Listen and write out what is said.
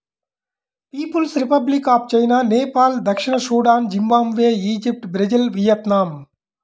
peoples Republic of China, Nepal దక్షిణ Sudan, Zimbabwe, Egypt, Brazil, Vietnam